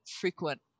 frequent